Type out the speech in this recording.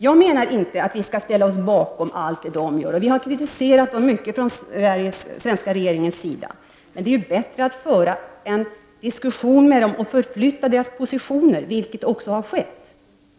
Jag menar inte att vi skall ställa oss bakom allt vad de gör. Vi har kritiserat dem mycket från den svenska regeringens sida. Det är bättre att föra en diskussion med dem och förflytta deras positioner, vilket också har skett.